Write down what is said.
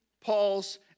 Paul's